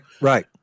right